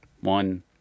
One